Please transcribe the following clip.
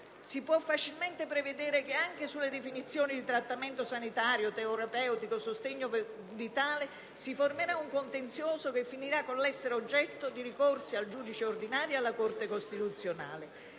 Si può facilmente prevedere che anche sulle definizioni di trattamento sanitario, terapeutico e sostegno vitale si formerà un contenzioso che finirà con l'essere oggetto di ricorsi al giudice ordinario e alla Corte costituzionale.